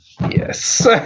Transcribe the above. Yes